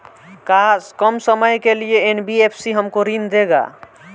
का कम समय के लिए एन.बी.एफ.सी हमको ऋण देगा?